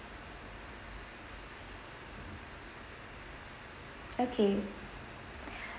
okay